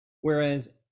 Whereas